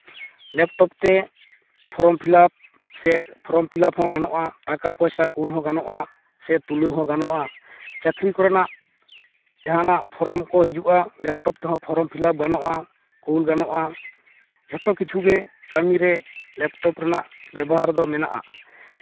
laptop ᱛᱮ form fill up ᱥᱮ form fill up ᱦᱚᱸ ᱜᱟᱱᱚᱜᱼᱟ ᱴᱟᱠᱟ ᱯᱚᱭᱥᱟ ᱠᱩᱞ ᱦᱚᱸ ᱜᱟᱱᱚᱜᱼᱟ ᱥᱮ ᱛᱩᱞᱟᱹᱣ ᱦᱚᱸ ᱜᱟᱱᱚᱜᱼᱟ ᱪᱟᱹᱠᱨᱤ ᱠᱚᱨᱮᱱᱟᱜ ᱡᱟᱦᱟᱱᱟᱜ ᱯᱷᱨᱚᱢ ᱠᱚ ᱦᱤᱡᱩᱜᱼᱟ ᱞᱮᱯᱴᱚᱯ ᱛᱮᱦᱚᱸ ᱯᱷᱨᱚᱢ ᱯᱷᱤᱞᱟᱯ ᱜᱟᱱᱚᱜᱼᱟ ᱠᱩᱞ ᱜᱟᱱᱚᱜᱼᱟ ᱡᱷᱚᱛᱚ ᱠᱤᱪᱷᱩ ᱜᱮ ᱠᱟᱹᱢᱤ ᱨᱮ ᱞᱮᱯᱴᱚᱯ ᱨᱮᱱᱟᱜ ᱵᱮᱵᱚᱦᱟᱨ ᱫᱚ ᱢᱮᱱᱟᱜᱼᱟ